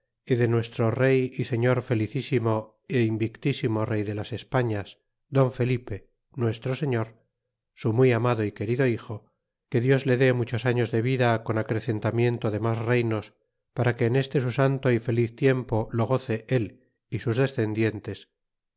de nuestro rey y señor felicísimo y invictisimo rey de las españas don felipe nuestro señor su muy amado y querido hijo que dios le dé muchos años de vida con acrecentamiento de mas reynos para que en este su santo y feliz tiempo lo goce él y sus descendientes